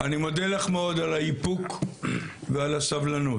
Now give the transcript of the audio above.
אני מודה לך מאוד על האיפוק ועל הסבלנות.